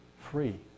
free